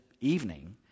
evening